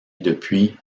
depuis